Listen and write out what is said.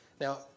Now